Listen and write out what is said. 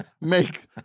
make